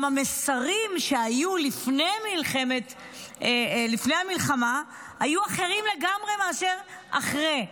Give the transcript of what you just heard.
גם המסרים שהיו לפני המלחמה היו אחרים לגמרי מאשר אחרי,